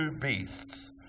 beasts